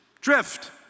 drift